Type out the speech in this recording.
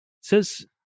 says